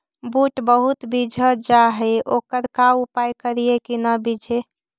बुट बहुत बिजझ जा हे ओकर का उपाय करियै कि न बिजझे?